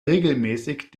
regelmäßig